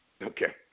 Okay